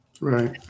Right